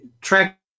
track